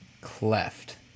Cleft